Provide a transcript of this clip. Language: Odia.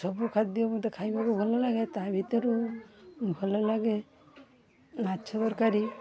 ସବୁ ଖାଦ୍ୟ ମୋତେ ଖାଇବାକୁ ଭଲ ଲାଗେ ତା' ଭିତରୁ ଭଲ ଲାଗେ ମାଛ ତରକାରୀ